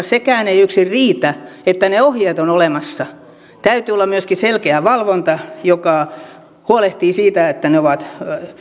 sekään ei yksin riitä että ne ohjeet ovat olemassa täytyy olla myöskin selkeä valvonta joka huolehtii siitä että ne ovat